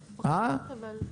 בערך.